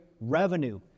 revenue